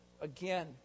again